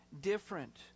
different